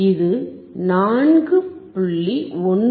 இது 4